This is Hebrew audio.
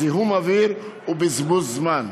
זיהום אוויר ובזבוז זמן.